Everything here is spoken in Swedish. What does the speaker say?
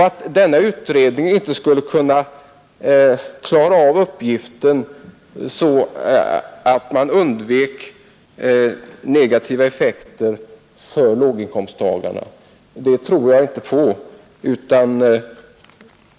Att denna utredning inte skulle klara av uppgiften så att man undvek negativa effekter för låginkomsttagarna, det tror jag inte på.